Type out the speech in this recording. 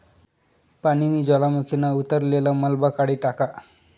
पानीनी ज्वालामुखीना उतरलेल मलबा काढी टाका